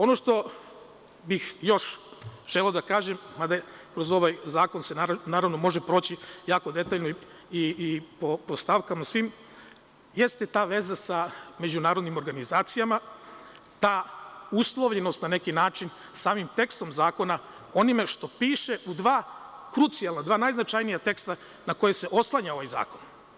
Ono što bih još želeo da kažem, mada se kroz ovaj zakon, naravno, može proći jako detaljno i po stavkama svim, jeste ta veza sa međunarodnim organizacijama, ta uslovljenost na neki način samim tekstom zakona, onim što piše u dva krucijalna, dva najznačajnija teksta na koje se oslanja ovaj zakon.